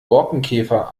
borkenkäfer